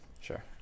Sure